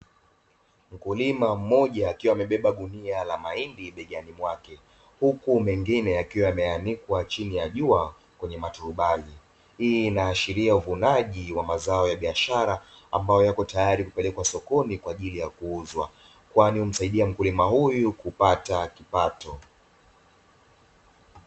Mkulima mmoja akiwa amebeba gunia la mahindi mabegani mwake, huku mengine yakiwa yameanikwa chini ya jua kwenye maturubai. Hii inaashiria uvunaji wa mazao ya biashara ambayo yapo tayari kupelekwa sokoni kwa ajili ya kuuzwa kwani humsaidia mkulima huyu kupata kipato.